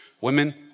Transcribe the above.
Women